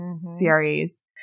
series